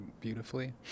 beautifully